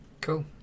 cool